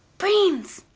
brains!